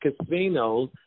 casinos